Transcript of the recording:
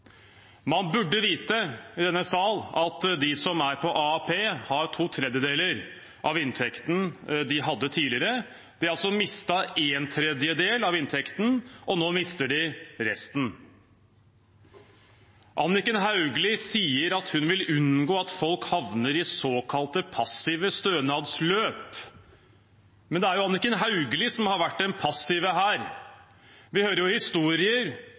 Man burde vite i denne salen at de som er på AAP, har to tredjedeler av inntekten de hadde tidligere. De har altså mistet en tredjedel av inntekten, og nå mister de resten. Anniken Hauglie sier at hun vil unngå at folk havner i såkalte passive stønadsløp, men det er jo Anniken Hauglie som har vært den passive her. Vi hører historier